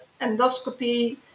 endoscopy